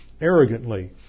arrogantly